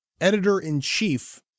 editor-in-chief